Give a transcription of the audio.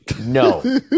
No